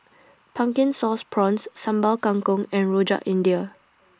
Pumpkin Sauce Prawns Sambal Kangkong and Rojak India